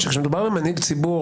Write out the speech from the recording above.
שכשמודבר במנהיג ציבור,